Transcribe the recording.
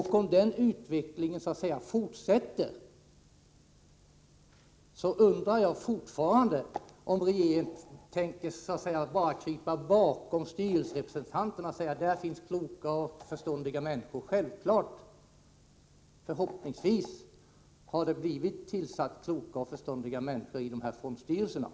Jag undrar fortfarande: Om denna tendens fortsätter, tänker regeringen då bara krypa bakom styrelserepresentanterna och säga att det i styrelserna finns kloka och förståndiga människor? Självfallet hoppas vi att det har tillsatts kloka och förståndiga människor i fondstyrelserna.